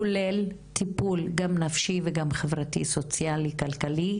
כולל טיפול גם נפשי וגם חברתי, סוציאלי, כלכלי,